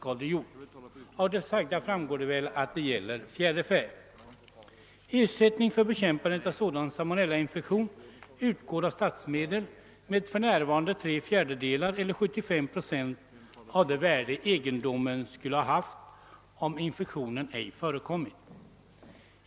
Av det sagda framgår att det gäller fjäderfä. Ersättning för bekämpande av sådan salmonellainfektion utgår av statsmedel med för närvarande tre fjärdedelar eller 75 procent av det värde egendomen skulle ha haft om infektion icke förekommit.